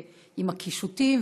עם הקישוטים,